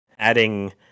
adding